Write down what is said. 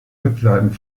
webseiten